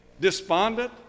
despondent